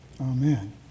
Amen